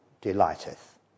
delighteth